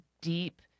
deep